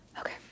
Okay